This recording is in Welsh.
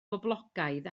boblogaidd